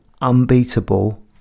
unbeatable